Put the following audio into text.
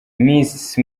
miss